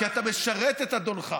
כי אתה משרת את אדונך.